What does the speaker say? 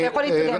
אתה יכול להתקדם.